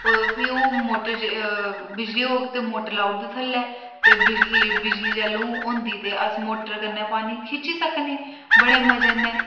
फ्ही ओह् मोटर बिजली होग ते मोटर लाउड़दे थ'ल्लै ते बिजली बिजली जैह्लू होदी ते अस मोटर कन्नै पानी खिच्ची सकने बड़े मजे ने